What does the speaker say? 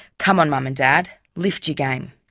come on mum and dad lift your game!